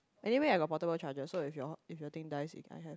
anyway I got portable charger so if your if your thing dies it I have